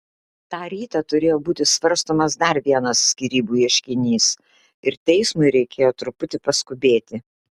tą rytą turėjo būti svarstomas dar vienas skyrybų ieškinys ir teismui reikėjo truputį paskubėti